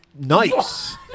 nice